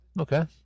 Okay